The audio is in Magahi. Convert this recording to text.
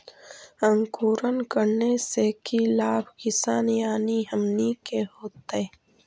अंकुरण करने से की लाभ किसान यानी हमनि के होतय?